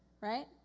right